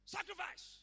Sacrifice